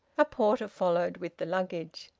a porter followed with the luggage.